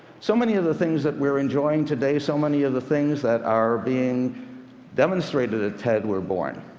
so many of the things that we're enjoying today, so many of the things that are being demonstrated at ted were born.